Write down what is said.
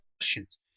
questions